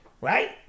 Right